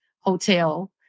hotel